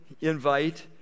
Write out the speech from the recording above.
invite